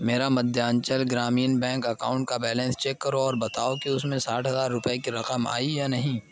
میرا Madhyanchal Gramin bank account کا balance check کرو اور بتاؤ کہ اس میں ساٹھ ہزار روپیے کی رقم آئی یا نہیں